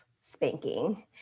spanking